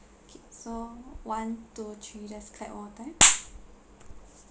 okay so one two three just clap one more time